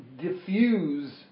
diffuse